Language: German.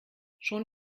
schon